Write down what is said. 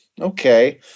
Okay